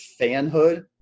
fanhood